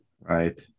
Right